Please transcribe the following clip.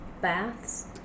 baths